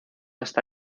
está